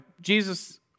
Jesus